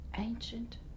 ancient